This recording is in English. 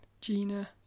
Gina